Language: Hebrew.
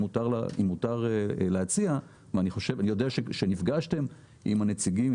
אם מותר להציע ואני יודע שנפגשתם עם הנציגים,